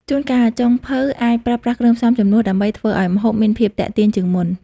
ជួនកាលចុងភៅអាចប្រើប្រាស់គ្រឿងផ្សំជំនួសដើម្បីធ្វើឲ្យម្ហូបមានភាពទាក់ទាញជាងមុន។